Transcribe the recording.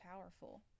powerful